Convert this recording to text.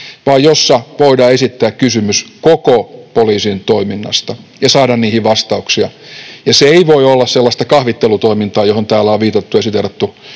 vaan jossa voidaan esittää kysymys koko poliisin toiminnasta ja saada niihin vastauksia. Eikä se voi olla sellaista kahvittelutoimintaa, johon täällä on viitattu, kun on siteerattu